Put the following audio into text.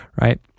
right